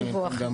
השם ייקום דמו.